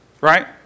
Right